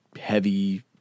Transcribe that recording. heavy